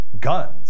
guns